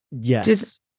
yes